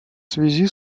связи